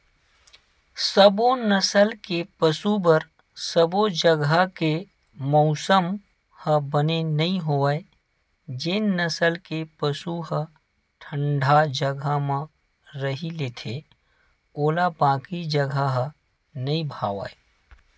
सबो नसल के पसु बर सबो जघा के मउसम ह बने नइ होवय जेन नसल के पसु ह ठंडा जघा म रही लेथे ओला बाकी जघा ह नइ भावय